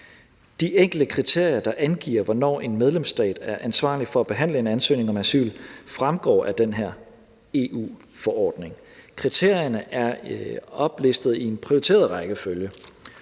De enkelte kriterier, der angiver, hvornår en medlemsstat er ansvarlig for at behandle en ansøgning om asyl, fremgår af den her EU-forordning. Kriterierne er oplistet i en prioriteret rækkefølge,